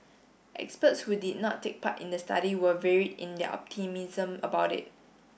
experts who did not take part in the study were varied in their optimism about it